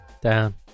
Down